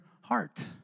heart